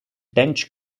tench